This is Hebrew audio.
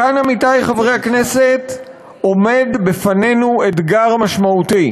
כאן, עמיתי חברי הכנסת, עומד בפנינו אתגר משמעותי.